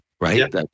Right